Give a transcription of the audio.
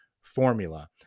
formula